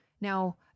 now